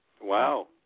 Wow